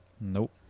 Nope